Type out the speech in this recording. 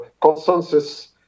consensus